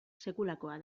sekulakoa